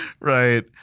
right